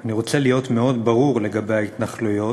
"אני רוצה להיות מאוד ברור לגבי ההתנחלויות.